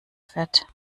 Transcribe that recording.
fett